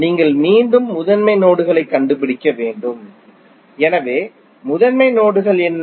நீங்கள் மீண்டும் முதன்மை நோடுகளைக் கண்டுபிடிக்க வேண்டும் எனவே முதன்மை நோடுகள் என்ன